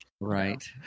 right